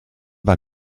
war